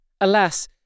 Alas